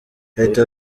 leta